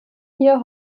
hier